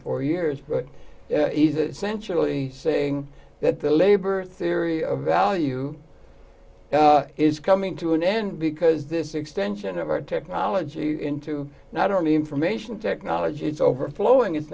four years but he's essentially saying that the labor theory of value it is coming to an end because this extension of our technology into not only information technology is overflowing it's